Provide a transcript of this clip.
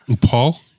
Paul